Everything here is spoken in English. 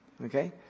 Okay